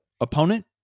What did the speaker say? opponent